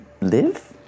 live